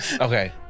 Okay